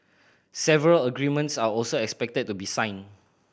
several agreements are also expected to be signed